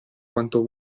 quanto